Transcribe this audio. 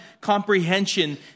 comprehension